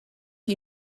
you